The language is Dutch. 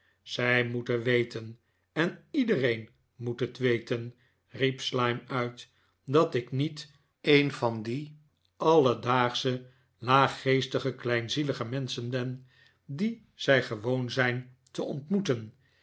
zij moeten weten en iedereen moet het weten riep slyme uit dat ik niet een van die ailed aagsch'e laaggeestige kleinzielige menschen ben die zjj gewoon zijn te ontmoeten